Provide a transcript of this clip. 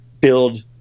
build